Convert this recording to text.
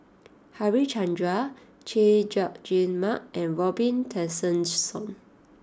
Harichandra Chay Jung Jun Mark and Robin Tessensohn